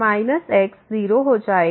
minus x 0 हो जाएगा